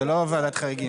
זה לא ועדת חריגים.